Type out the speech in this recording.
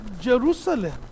Jerusalem